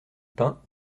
pain